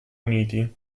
uniti